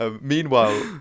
Meanwhile